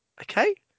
okay